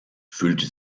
fühlte